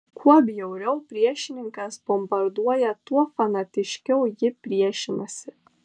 kuo bjauriau priešininkas bombarduoja tuo fanatiškiau ji priešinasi